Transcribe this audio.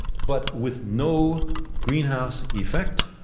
but with no greenhouse effect,